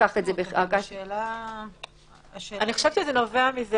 אני חושבת שזה נובע מזה